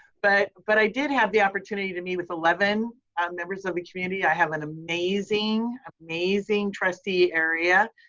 but, but i did have the opportunity to meet with eleven and members of the community. i have an amazing, amazing trustee area,